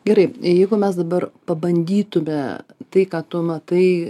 gerai jeigu mes dabar pabandytume tai ką tu matai